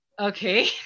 Okay